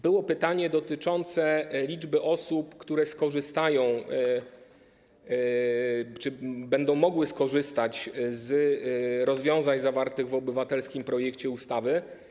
Było pytanie dotyczące liczby osób, które skorzystają czy będą mogły skorzystać z rozwiązań zawartych w obywatelskim projekcie ustawy.